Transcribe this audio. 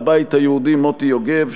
הבית היהודי: מרדכי יוגב.